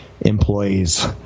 employees